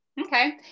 okay